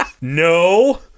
No